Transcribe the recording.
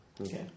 Okay